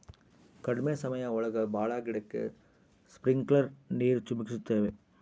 ಕಡ್ಮೆ ಸಮಯ ಒಳಗ ಭಾಳ ಗಿಡಕ್ಕೆ ಸ್ಪ್ರಿಂಕ್ಲರ್ ನೀರ್ ಚಿಮುಕಿಸ್ತವೆ